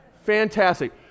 Fantastic